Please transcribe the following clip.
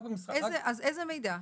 אז איזה מידע?